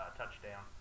touchdown